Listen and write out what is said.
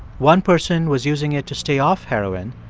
one person was using it to stay off heroin,